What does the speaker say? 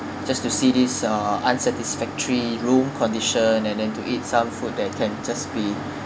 just to see this uh unsatisfactory room condition and then to eat some food that can just be